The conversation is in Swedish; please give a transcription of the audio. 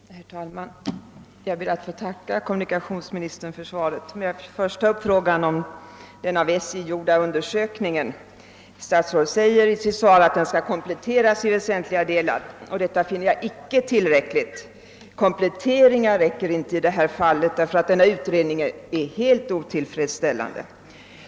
Herr talman! Jag ber att få tacka kommunikationsministern för svaret. Jag vill först ta upp frågan om den av SJ gjorda undersökningen. Statsrådet säger i sitt svar att den skall kompletteras i väsentliga delar, och detta finner jag icke tillräckligt. Kompletteringar räcker inte i det här fallet, ty denna utredning är helt otillfredsställande.